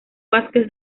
vásquez